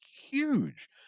huge